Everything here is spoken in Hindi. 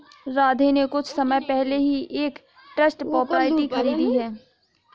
राधे ने कुछ समय पहले ही एक ट्रस्ट प्रॉपर्टी खरीदी है